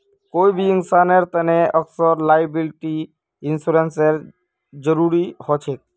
कोई भी इंसानेर तने अक्सर लॉयबिलटी इंश्योरेंसेर जरूरी ह छेक